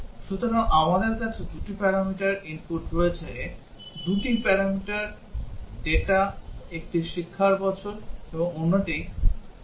সুতরাং আমাদের কাছে 2 টি প্যারামিটার input রয়েছে 2 টি input ডেটা একটি শিক্ষার বছর এবং অন্যটি বয়স